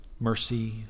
mercy